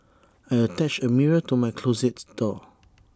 I attached A mirror to my closet door